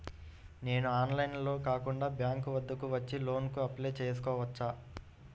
నేను ఆన్లైన్లో కాకుండా బ్యాంక్ వద్దకు వచ్చి లోన్ కు అప్లై చేసుకోవచ్చా?